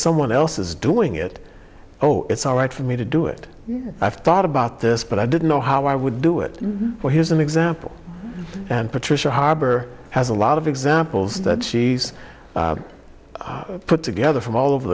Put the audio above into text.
someone else is doing it oh it's all right for me to do it i've thought about this but i didn't know how i would do it so here's an example and patricia harbor has a lot of examples that she's put together from all over